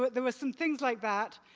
but there were some things like that.